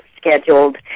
scheduled